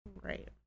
Right